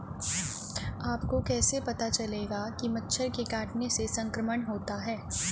आपको कैसे पता चलेगा कि मच्छर के काटने से संक्रमण होता है?